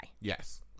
Yes